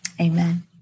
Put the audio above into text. Amen